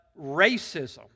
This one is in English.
racism